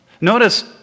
Notice